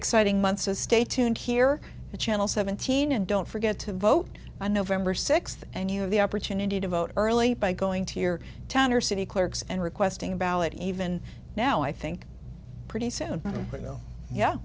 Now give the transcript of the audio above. exciting month to stay tuned here to channel seventeen and don't forget to vote on november sixth and you have the opportunity to vote early by going to your town or city clerks and requesting a ballot even now i think pretty